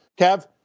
Kev